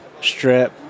strip